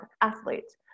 athletes